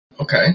Okay